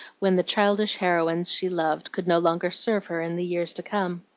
when the childish heroines she loved could no longer serve her in the years to come.